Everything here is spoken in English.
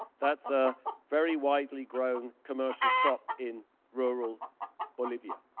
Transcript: that's a very widely grown commercial crop in rural bolivia.